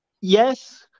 yes